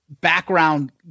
background